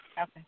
Okay